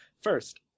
First